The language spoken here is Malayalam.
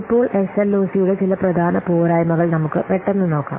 ഇപ്പോൾ എസഎൽഓസി യുടെ ചില പ്രധാന പോരായ്മകൾ നമുക്ക് പെട്ടെന്ന് നോക്കാം